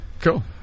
Cool